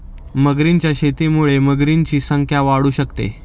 मगरींच्या शेतीमुळे मगरींची संख्या वाढू शकते